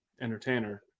entertainer